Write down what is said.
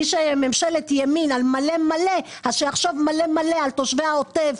מי שנמצא בממשלת ימין על מלא-מלא צריך לחשוב מלא-מלא על תושבי העוטף,